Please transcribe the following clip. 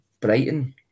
Brighton